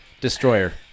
destroyer